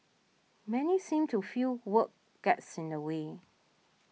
many seem to feel work gets in the way